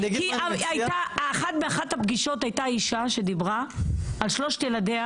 כי באחת הפגישות הייתה אישה שדיברה על שלושת ילדיה